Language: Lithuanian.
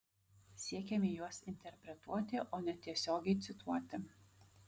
siekiame juos interpretuoti o ne tiesiogiai cituoti